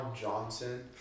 Johnson